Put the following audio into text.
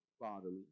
bodily